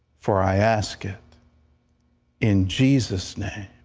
for i ask it in jesus' name.